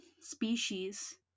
species